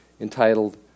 entitled